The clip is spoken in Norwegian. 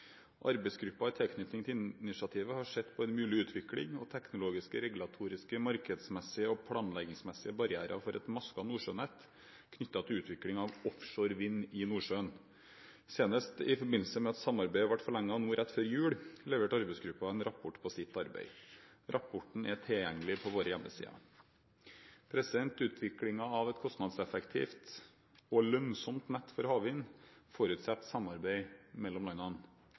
i tilknytning til initiativet har sett på en mulig utvikling og teknologiske, regulatoriske, markedsmessige og planleggingsmessige barrierer for et masket nordsjønett knyttet til utvikling av offshore vind i Nordsjøen. Senest i forbindelse med at samarbeidet ble forlenget nå rett før jul, leverte arbeidsgruppen en rapport på sitt arbeid. Rapporten er tilgjengelig på våre hjemmesider. Utvikling av et kostnadseffektivt og lønnsomt nett for havvind forutsetter samarbeid mellom landene.